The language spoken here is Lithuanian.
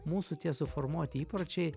mūsų tie suformuoti įpročiai